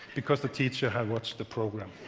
because the teacher had watched the program.